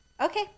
okay